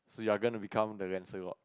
so you're gonna become the